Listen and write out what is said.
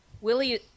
Willie